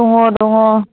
दङ' दङ'